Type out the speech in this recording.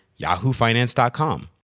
yahoofinance.com